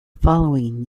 following